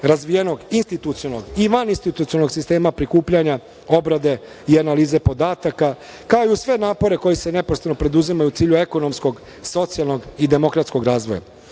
razvijenog institucionalnog i vaninstitucionalnog sistema prikupljanja, obrade i analize podataka, kao i uz sve napore koji se neprestano preduzimaju u cilju ekonomskog, socijalnog i demokratskog razvoja. Upravo